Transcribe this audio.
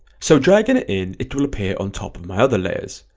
so dragging it in, it will appear on top of my other layers,